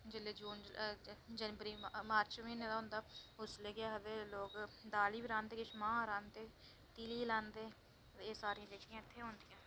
जेल्लै जनवरी मार्च म्हीना होंदा उस लै केह् आखदे दालीं बी रांह्दे मांह् रांह्दे बीऽ लांदे एह् सारी जेह्कियां न